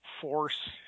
force